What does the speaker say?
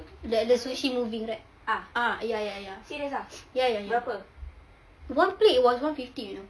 the sushi moving right ah ya ya ya ya ya ya one plate was one fifty you know